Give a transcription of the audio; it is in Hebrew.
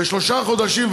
ושלושה חודשים,